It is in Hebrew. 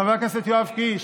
חבר הכנסת יואב קיש?